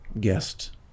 guest